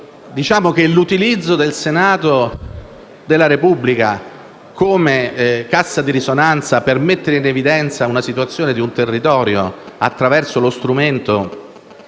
perché l'utilizzo del Senato della Repubblica come cassa di risonanza per mettere in evidenza la situazione di un territorio attraverso lo strumento